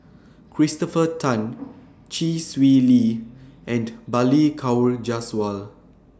Christopher Tan Chee Swee Lee and Balli Kaur Jaswal